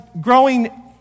growing